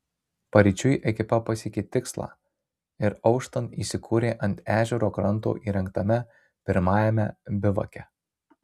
paryčiui ekipa pasiekė tikslą ir auštant įsikūrė ant ežero kranto įrengtame pirmajame bivake